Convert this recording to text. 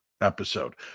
episode